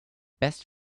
best